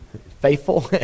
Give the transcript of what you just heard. faithful